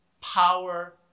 power